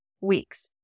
weeks